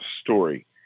story